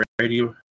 Radio